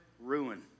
ruin